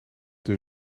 dus